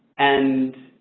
and,